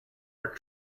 are